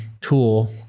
tool